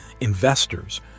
investors